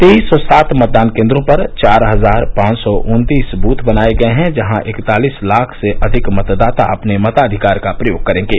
तेईस सौ सात मतदान केन्द्रों पर चार हजार पांच सौ उन्तीस बूथ बनाये गये हैं जहां इकतालीस लाख से अधिक मतदाता अपने मताधिकार का प्रयोग करेंगे